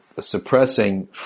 suppressing